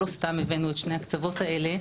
לא סתם הבאנו את שני הקצוות האלה,